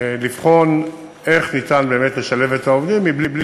לבחון איך ניתן באמת לשלב את העובדים מבלי